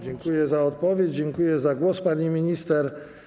Dziękuję za odpowiedź, dziękuję za głos, pani minister.